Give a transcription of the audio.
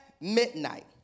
midnight